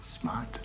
Smart